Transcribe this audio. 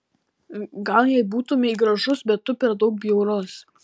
gal jei būtumei gražus bet tu per daug bjaurus